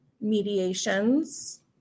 mediations